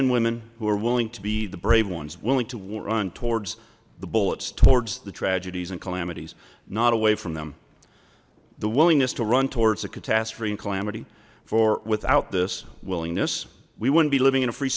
and women who are willing to be the brave ones willing to war run towards the bullets towards the tragedies and calamities not away from them the willingness to run towards a catastrophe and calamity for without this willingness we wouldn't be living in a free